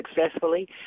successfully